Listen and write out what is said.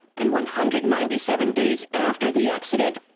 and one hundred and ninety seven days after the accident,